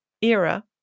era